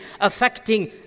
affecting